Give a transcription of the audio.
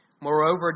Moreover